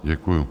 Děkuju.